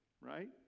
right